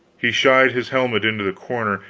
he shied his helmet into the corner,